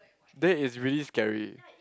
that is really scary